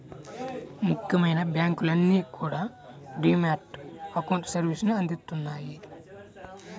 ముఖ్యమైన బ్యాంకులన్నీ కూడా డీ మ్యాట్ అకౌంట్ సర్వీసుని అందిత్తన్నాయి